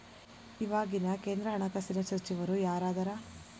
ಇವಾಗಿನ ಕೇಂದ್ರ ಹಣಕಾಸಿನ ಸಚಿವರು ಯಾರದರ